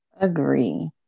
Agree